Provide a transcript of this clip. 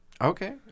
Okay